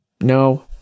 No